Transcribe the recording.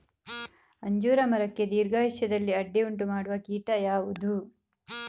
ಅಂಜೂರ ಮರಕ್ಕೆ ದೀರ್ಘಾಯುಷ್ಯದಲ್ಲಿ ಅಡ್ಡಿ ಉಂಟು ಮಾಡುವ ಕೀಟ ಯಾವುದು?